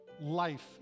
life